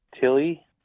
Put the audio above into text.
Tilly